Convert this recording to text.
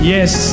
Yes